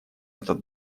этот